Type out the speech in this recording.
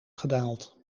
gedaald